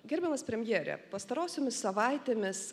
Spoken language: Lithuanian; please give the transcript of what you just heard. gerbiamas premjere pastarosiomis savaitėmis